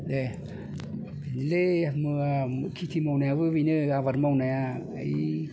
दे बिदिनोलै माबा खिथि मावनायाबो बेनो आबाद मावनाया ओइ